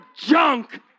junk